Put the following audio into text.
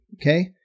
Okay